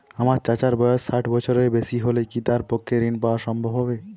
আমার চাচার বয়স ষাট বছরের বেশি হলে কি তার পক্ষে ঋণ পাওয়া সম্ভব হবে?